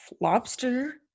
lobster